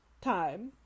time